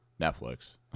Netflix